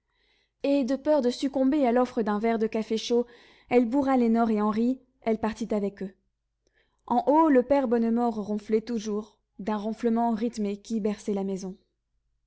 et de peur de succomber à l'offre d'un verre de café chaud elle bourra lénore et henri elle partit avec eux en haut le père bonnemort ronflait toujours d'un ronflement rythmé qui berçait la maison